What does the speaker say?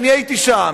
אני הייתי שם.